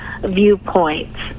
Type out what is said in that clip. viewpoints